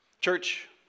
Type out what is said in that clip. Church